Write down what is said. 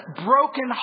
broken